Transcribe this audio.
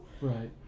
Right